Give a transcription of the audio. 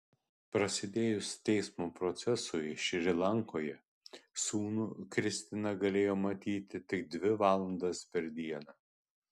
prasidėjus teismo procesui šri lankoje sūnų kristina galėjo matyti tik dvi valandas per dieną